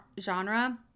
genre